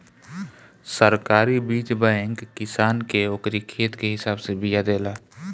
सरकारी बीज बैंक किसान के ओकरी खेत के हिसाब से बिया देला